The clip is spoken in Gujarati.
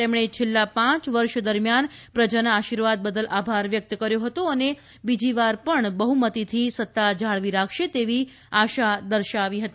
તેમણે છેલ્લા પાંચ વર્ષ દરમિયાન પ્રજાના આશીર્વાદ બદલ આભાર વ્યક્ત કર્યો હતો અને બીજીવાર પણ બહ્મતીથી સત્તા જાળવી રાખશે તેવી આશા દર્શાવી હતી